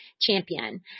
champion